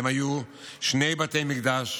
שבהן היו בה שני בתי מקדש.